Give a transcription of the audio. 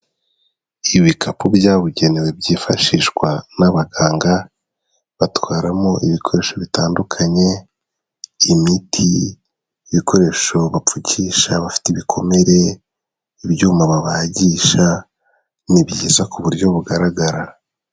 Ibikapu byabugenewe byifashishwa n'abaganga, batwaramo ibikoresho bitandukanye imiti, ibikoresho bapfukisha abafite ibikomere, ibyuma babagisha, ni byiza ku buryo bugaragara.